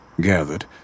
gathered